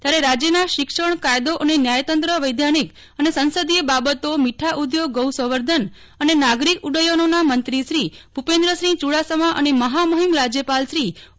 ત્યારે રાજયના શિક્ષણ કાયદો અને ન્યા યતંત્ર વૈધાનિક અને સંસદીય બાબતો મીઠા ઉધોગગૌસંવર્ધન અને નાગરિક ઉડ્ડયનોના મંત્રીશ્રી ભૂપેન્દ્રનસિંહ ચુડાસમા અને મહામહિમ રાજયપાલશ્રી ઓ